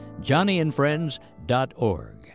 johnnyandfriends.org